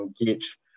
engage